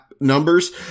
numbers